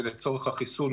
ולצורך החיסון,